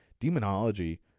demonology